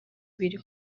ibiri